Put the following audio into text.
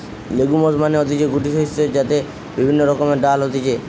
legumes মানে হতিছে গুটি শস্য যাতে বিভিন্ন রকমের ডাল হতিছে